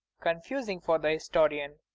confusing for the historian.